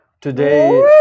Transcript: today